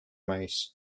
mouse